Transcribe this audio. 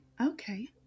Okay